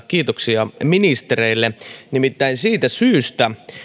kiitoksia ministereille nimittäin siitä syystä